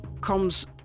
comes